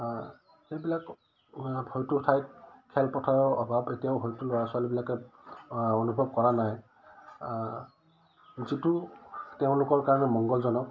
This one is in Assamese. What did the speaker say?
সেইবিলাক হয়তো ঠাইত খেলপথাৰৰ অভাৱ এতিয়াও হয়তো ল'ৰা ছোৱালীবিলাকে অনুভৱ কৰা নাই যিটো তেওঁলোকৰ কাৰণে মংগলজনক